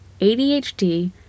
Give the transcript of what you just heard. ADHD